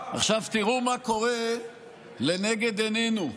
עכשיו תראו מה קורה לנגד עיניו.